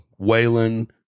Waylon